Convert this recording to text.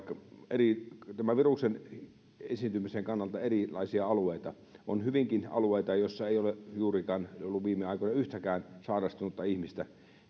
tämän viruksen esiintymisen kannalta erilaisia alueita on hyvinkin alueita missä ei ole ollut viime aikoina yhtäkään sairastunutta ihmistä